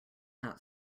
not